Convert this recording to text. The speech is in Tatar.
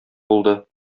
булды